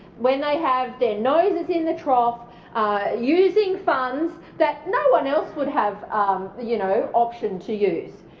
when they have their noses in the troughs, are using funds that no-one else would have the you know option to use.